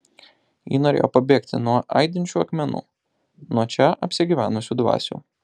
ji norėjo pabėgti nuo aidinčių akmenų nuo čia apsigyvenusių dvasių